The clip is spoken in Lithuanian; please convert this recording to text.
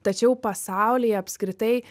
tačiau pasaulyje apskritai